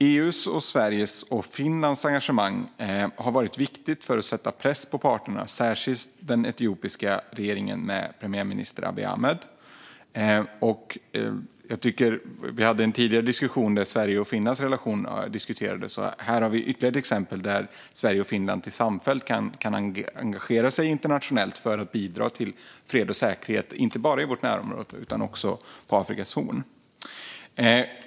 EU:s, Sveriges och Finlands engagemang har varit viktigt för att sätta press på parterna, särskilt den etiopiska regeringen med premiärminister Abiy Ahmed. Vi hade tidigare en diskussion om Sveriges och Finlands relation. Här har vi ytterligare ett exempel där Sverige och Finland samfällt kan engagera sig internationellt för att bidra till fred och säkerhet, inte bara i vårt närområde utan också på Afrikas horn.